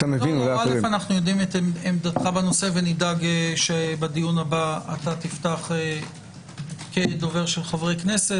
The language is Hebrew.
אנו יודעים את עמדתך בנושא ונדאג שבדיון הבא כדובר של חברי כנסת.